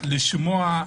לשמוע,